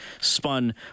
spun